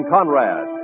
Conrad